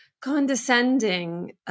condescending